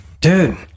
dude